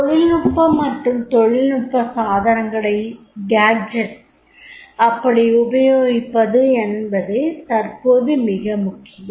தொழில்நுட்பம் மற்றும் தொழில்நுட்ப சாதனங்களை அப்படி உபயோகிப்பது எனபது தற்போது மிக முக்கியம்